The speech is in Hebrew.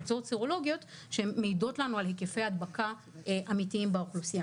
תוצאות סרולוגיות שהן מעידות לנו על הקיפי הדבקה אמיתיים באוכלוסייה.